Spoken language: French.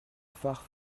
far